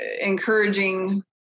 encouraging